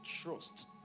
trust